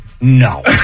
no